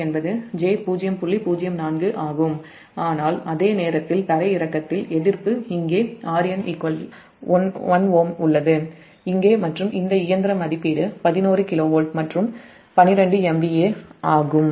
04 ஆகும் ஆனால் அதே நேரத்தில் க்ரவுன்ட்ல் எதிர்ப்பு இங்கே Rn 1Ω உள்ளது இங்கே இந்த இயந்திர மதிப்பீடு 11 k V மற்றும் 12 MVA ஆகும்